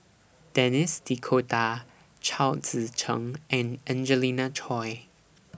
Denis D'Cotta Chao Tzee Cheng and Angelina Choy